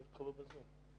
עידית סולומון,